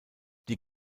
die